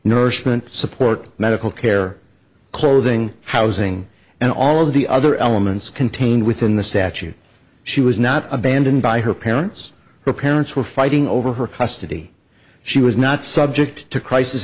nourishment support medical care clothing housing and all of the other elements contained within the statute she was not abandoned by her parents her parents were fighting over her custody she was not subject to crisis